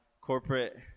corporate